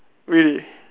really